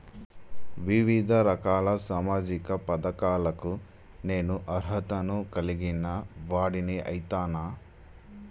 వివిధ రకాల సామాజిక పథకాలకు నేను అర్హత ను కలిగిన వాడిని అయితనా?